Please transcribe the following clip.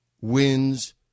wins